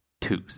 twos